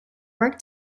work